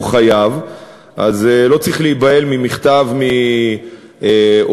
חייב לא צריך להיבהל ממכתב מעורך-דין,